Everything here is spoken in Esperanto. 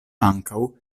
ankaŭ